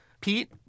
Pete